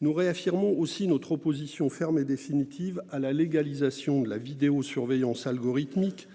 Nous réaffirmons aussi notre opposition ferme et définitive à la légalisation de la vidéosurveillance algorithmique